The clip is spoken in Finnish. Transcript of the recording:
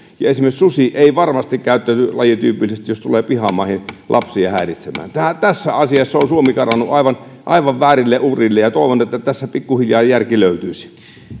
esimerkiksi susi ei varmasti käyttäydy lajityypillisesti jos tulee pihamaihin lapsia häiritsemään tässä asiassa on suomi karannut aivan aivan väärille urille ja toivon että tässä pikkuhiljaa järki löytyisi